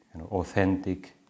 authentic